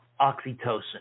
oxytocin